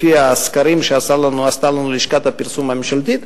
לפי הסקרים שעשתה לנו לשכת הפרסום הממשלתית,